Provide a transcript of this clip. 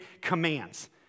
commands